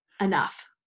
Enough